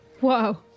wow